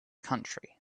country